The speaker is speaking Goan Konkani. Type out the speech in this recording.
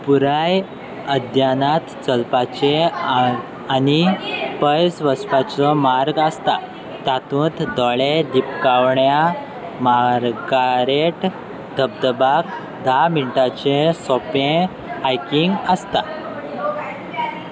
पुराय अद्यानात चलपाचे आनी पयस वचपाचो मार्ग आसता तातूंत दोळे दिपकावण्या मारगारेट धबधबाक धा मिनटाचे सोंपें हयकींग आसता